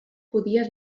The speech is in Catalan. podia